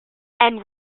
and